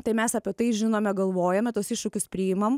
tai mes apie tai žinome galvojame tuos iššūkius priimam